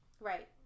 right